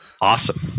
Awesome